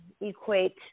equate